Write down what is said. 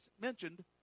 mentioned